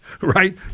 right